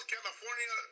California